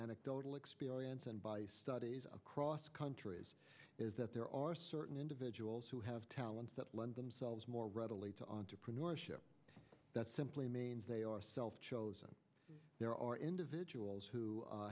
anecdotal experience and by studies across countries is that there are certain individuals who have talents that lend themselves more readily to entrepreneurship that simply means they are self chosen there are individuals who